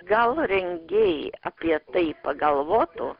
gal rengėjai apie tai pagalvotų